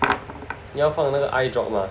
你要放那个 eyedrop 吗